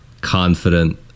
confident